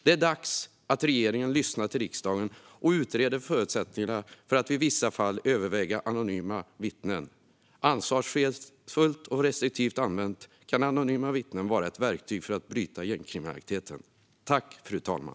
Det är dags att regeringen lyssnar till riksdagen och utreder förutsättningarna för att i vissa fall överväga anonyma vittnen. Ansvarsfullt och restriktivt använt kan anonyma vittnen vara ett verktyg för att bryta gängkriminaliteten.